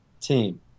team